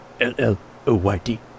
l-l-o-y-d